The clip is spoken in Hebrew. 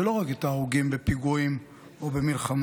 ולא רק את ההרוגים בפיגועים ובמלחמות.